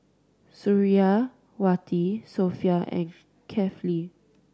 Suriawati Sofea and Kefli